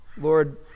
Lord